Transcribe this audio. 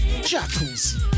jackals